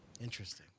Interesting